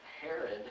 Herod